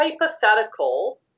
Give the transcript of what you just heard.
hypothetical